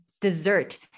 dessert